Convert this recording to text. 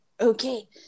Okay